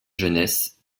jeunesse